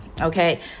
okay